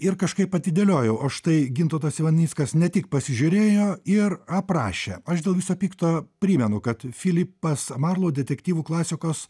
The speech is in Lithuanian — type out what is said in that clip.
ir kažkaip atidėliojau o štai gintautas ivanickas ne tik pasižiūrėjo ir aprašė aš dėl viso pikto primenu kad filipas marlau detektyvų klasikos